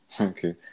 okay